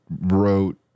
wrote